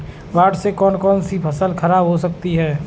बाढ़ से कौन कौन सी फसल खराब हो जाती है?